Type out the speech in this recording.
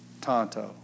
Tonto